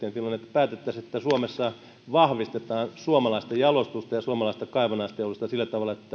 päätettäisiin että suomessa vahvistetaan suomalaista jalostusta ja suomalaista kaivannaisteollisuutta sillä tavalla että